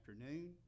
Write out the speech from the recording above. afternoon